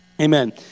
Amen